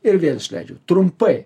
ir vėl išleidžiu trumpai